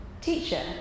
Teacher